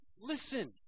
Listen